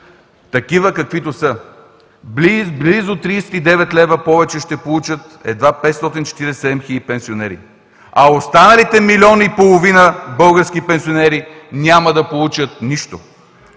такива, каквито са – близо 39 лв. повече ще получат едва 547 хиляди пенсионери, а останалите милион и половина български пенсионери няма да получат нищо.